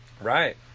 Right